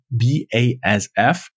BASF